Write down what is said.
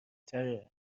تره